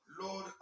Lord